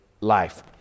life